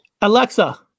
Alexa